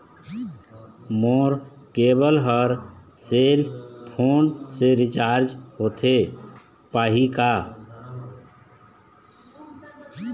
मोर केबल हर cell phone से रिचार्ज होथे पाही का?